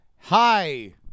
hi